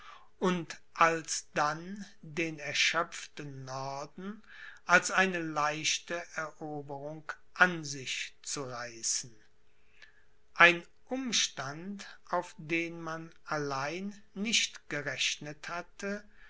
und alsdann den erschöpften norden als eine leichte eroberung an sich zu reißen ein umstand auf den man allein nicht gerechnet hatte